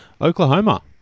Oklahoma